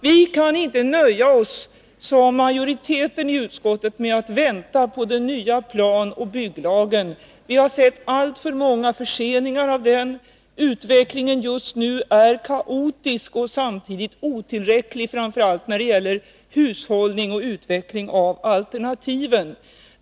Vi kan inte nöja oss, såsom majoriteten i utskottet gör, med att vänta på den nya planoch bygglagen. Vi har sett alltför många förseningar av den. Utvecklingen just nu är kaotisk och samtidigt otillräcklig framför allt när det gäller hushållning och utveckling av alternativen.